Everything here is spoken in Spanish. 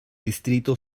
distrito